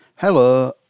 Hello